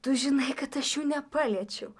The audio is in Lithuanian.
tu žinai kad aš jų nepaliečiau